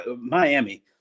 Miami